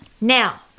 Now